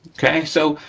okay, so,